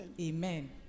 Amen